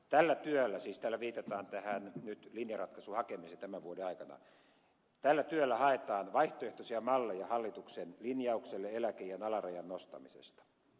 tällä työllä siis tällä viitataan tähän nyt linjaratkaisun hakemiseen tämän vuoden aikana haetaan vaihtoehtoisia malleja hallituksen linjaukselle eläkeiän alarajan nostamisesta